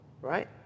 Right